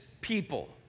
people